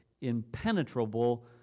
impenetrable